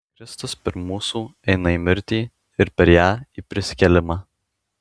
kristus pirm mūsų eina į mirtį ir per ją į prisikėlimą